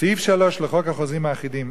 כרמל שאמה-הכהן.